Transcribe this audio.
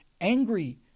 angry